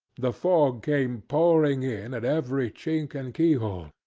the fog came pouring in at every chink and keyhole,